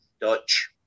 Dutch